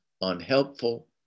unhelpful